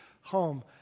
home